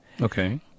Okay